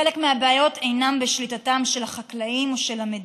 חלק מהבעיות אינן בשליטתם של החקלאים או של המדינה,